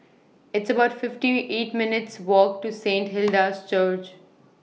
It's about fifty eight minutes' Walk to Saint Hilda's Church